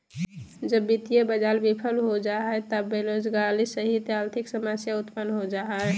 जब वित्तीय बाज़ार बिफल हो जा हइ त बेरोजगारी सहित आर्थिक समस्या उतपन्न हो जा हइ